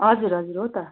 हजुर हजुर हो त